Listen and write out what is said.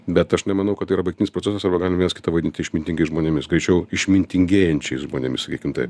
bet aš nemanau kad tai yra baigtinis procesas arba galim vienas kitą vadinti išmintingais žmonėmis greičiau išmintingėjančiais žmonėmis sakykim taip